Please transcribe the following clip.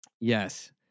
Yes